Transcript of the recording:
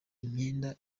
imyenda